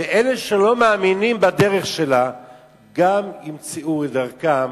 ואלה שלא מאמינים בדרך שלה גם ימצאו את דרכם